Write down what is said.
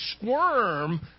squirm